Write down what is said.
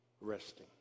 resting